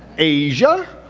asia,